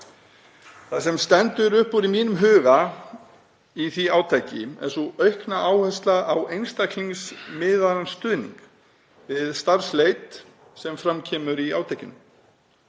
Það sem stendur upp úr í mínum huga í því átaki er sú aukna áhersla á einstaklingsmiðaðan stuðning við starfsleit sem fram kemur í átakinu.